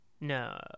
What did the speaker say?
No